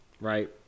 right